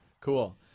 cool